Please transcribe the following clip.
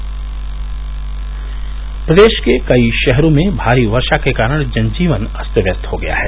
वर्षा प्रदेश के कई शहरों में भारी वर्षा के कारण जनजीवन अस्त व्यस्त हो गया है